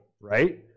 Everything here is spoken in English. Right